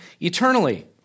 eternally